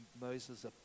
Moses